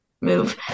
move